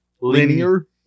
Linear